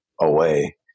away